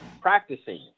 practicing